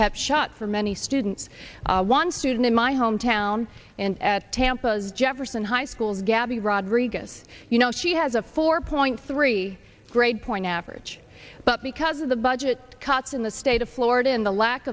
kept shut for many students one student in my hometown and at tampa's jefferson high schools gaby rodriguez you know she has a four point three grade point average but because of the budget cuts in the state of florida and the lack